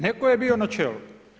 Netko je bio na čelu.